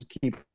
keep